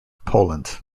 poland